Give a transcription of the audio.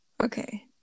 Okay